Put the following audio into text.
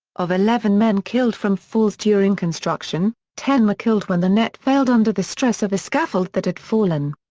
of eleven men killed from falls during construction, ten were killed when the net failed under the stress of a scaffold that had fallen.